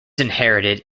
inherited